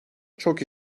çok